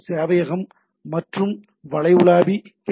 சேவையகம் மற்றும் வலை உலாவி ஹெச்